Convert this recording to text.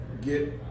get